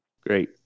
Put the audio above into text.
great